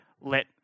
let